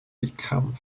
become